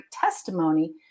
testimony